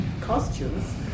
costumes